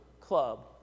club